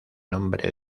nombre